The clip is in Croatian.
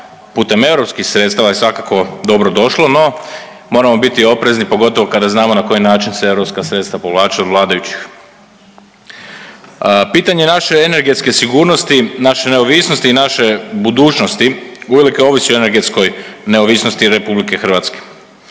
putem europskih sredstava je svakako dobro došlo, no moramo biti oprezni pogotovo kada znamo na koji način se europska sredstva povlače od vladajućih. Pitanje naše energetske sigurnosti, naše neovisnosti i naše budućnosti uvelike ovisi o energetskoj neovisnosti Republike Hrvatske.